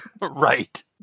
Right